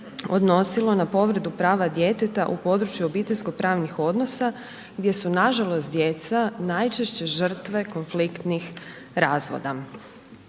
odnosilo na povredu prava djeteta u području obiteljsko pravnih odnosa gdje su nažalost djeca najčešće žrtve konfliktnih razvoda.